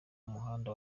umuhanda